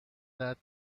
that